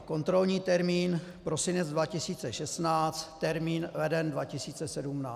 Kontrolní termín prosinec 2016, termín leden 2017.